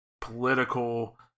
political